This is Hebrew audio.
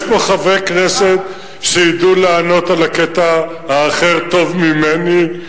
יש פה חברי כנסת שידעו לענות על הקטע האחר טוב ממני.